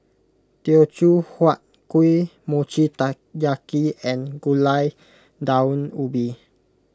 Teochew Huat Kuih Mochi Taiyaki and Gulai Daun Ubi